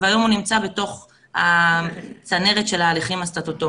והיום הוא נמצא בתוך הצנרת של ההליכים הסטטוטוריים.